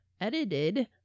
edited